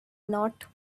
not